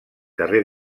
carrer